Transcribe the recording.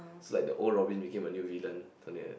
so like the old Robin became the new villain something like that